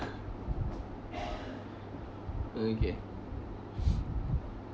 okay